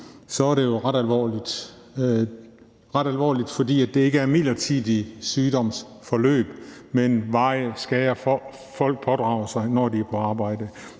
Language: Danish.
er det jo ret alvorligt, fordi det ikke er midlertidige sygdomsforløb, men varige skader, folk pådrager sig, når de er på arbejde.